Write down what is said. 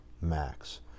max